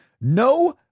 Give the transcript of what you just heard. No